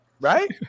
Right